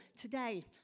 today